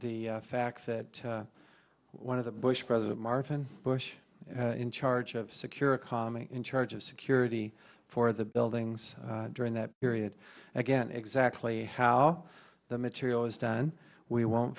the fact that one of the bush president marvin bush in charge of secure a colony in charge of security for the buildings during that period again exactly how the material was done we won't